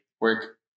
work